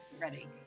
ready